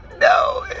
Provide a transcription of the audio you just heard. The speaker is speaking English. No